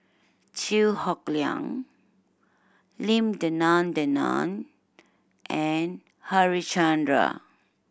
Chew Hock Leong Lim Denan Denon and Harichandra